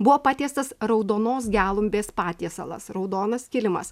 buvo patiestas raudonos gelumbės patiesalas raudonas kilimas